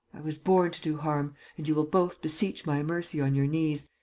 i was born to do harm. and you will both beseech my mercy on your knees,